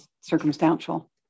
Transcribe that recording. circumstantial